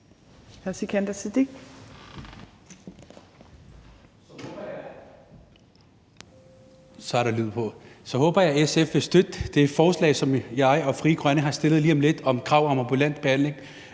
Så håber jeg, at SF lige om lidt vil støtte det forslag, som jeg og Frie Grønne har fremsat, om krav om ambulant behandling